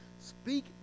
Speak